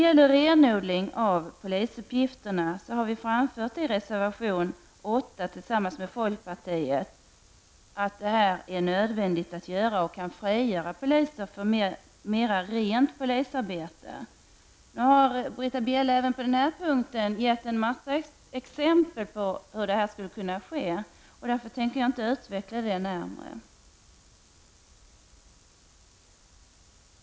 Centern har tillsammans med folkpartiet i reservation 8 framfört att det är nödvändigt med en renodling av polisens uppgifter och att det kan frigöra poliser för mera reellt polisarbete. Britta Bjelle har även på den punkten gett en hel del exempel på hur det kan genomföras, och därför tänker inte jag utveckla detta närmare.